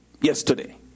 yesterday